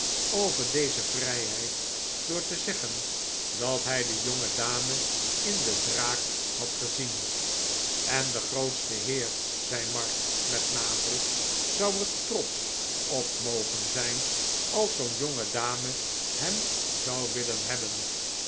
over deze vrijheid door te zeggen dat hij de jongedame in de draak had gezien en de grootste heer zei mark met nadruk zou er trotsch op mogen zijn als zoo'n jongedame hem zou willen hebben